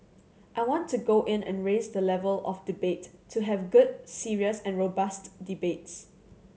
I want to go in and raise the level of debate to have good serious and robust debates